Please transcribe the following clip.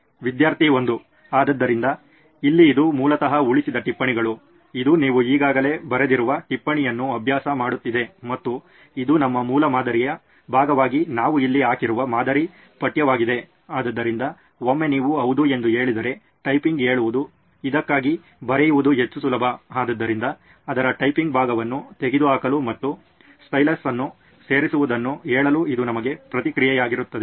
ವಿದ್ಯಾರ್ಥಿ 1 ಆದ್ದರಿಂದ ಇಲ್ಲಿ ಇದು ಮೂಲತಃ ಉಳಿಸಿದ ಟಿಪ್ಪಣಿಗಳು ಇದು ನೀವು ಈಗಾಗಲೇ ಬರೆದಿರುವ ಟಿಪ್ಪಣಿಯನ್ನು ಅಭ್ಯಾಸ ಮಾಡುತ್ತಿದೆ ಮತ್ತು ಇದು ನಮ್ಮ ಮೂಲಮಾದರಿಯ ಭಾಗವಾಗಿ ನಾವು ಇಲ್ಲಿ ಹಾಕಿರುವ ಮಾದರಿ ಪಠ್ಯವಾಗಿದೆ ಆದ್ದರಿಂದ ಒಮ್ಮೆ ನೀವು ಹೌದು ಎಂದು ಹೇಳಿದರೆ ಟೈಪಿಂಗ್ ಹೇಳುವುದು ಇದಕ್ಕಾಗಿ ಬರೆಯುವುದು ಹೆಚ್ಚು ಸುಲಭ ಆದ್ದರಿಂದ ಅದರ ಟೈಪಿಂಗ್ ಭಾಗವನ್ನು ತೆಗೆದುಹಾಕಲು ಮತ್ತು ಸ್ಟೈಲಸ್ ಅನ್ನು ಸೇರಿಸುವುದನ್ನು ಹೇಳಲು ಇದು ನಮಗೆ ಪ್ರತಿಕ್ರಿಯೆಯಾಗಿರುತ್ತದೆ